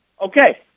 Okay